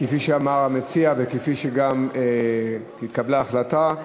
כפי שאמר המציע וכפי שהתקבלה החלטה,